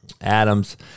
Adams